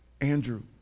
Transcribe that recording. Andrew